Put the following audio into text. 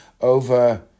over